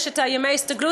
יש ימי הסתגלות,